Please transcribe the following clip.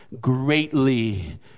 greatly